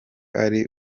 ari